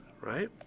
right